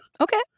Okay